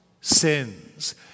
sins